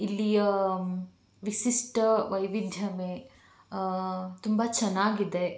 ಇಲ್ಲಿಯ ವಿಶಿಷ್ಟ ವೈವಿಧ್ಯಮಯ ತುಂಬ ಚೆನ್ನಾಗಿದೆ